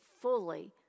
fully